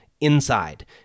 inside